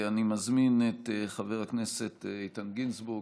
אני מזמין את חבר הכנסת איתן גינזבורג,